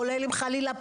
כולל על מקרים חלילה,